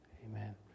Amen